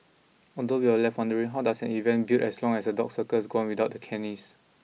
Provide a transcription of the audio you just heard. although we're left wondering how does an event billed as a dog circus go on without the canines